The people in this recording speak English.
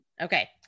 Okay